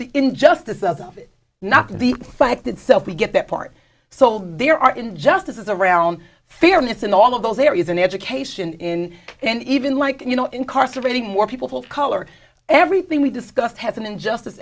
the injustice of it not the fact itself we get that part so there are injustices around fairness and all of those there is an education in and even like you know incarcerating more people of color everything we discussed has an injustice